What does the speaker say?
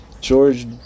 George